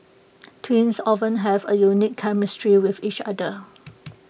twins often have A unique chemistry with each other